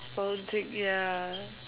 oh take ya